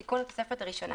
תיקון התוספת הראשונה